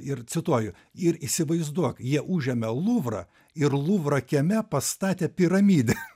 ir cituoju ir įsivaizduok jie užėmė luvrą ir luvro kieme pastatė piramidę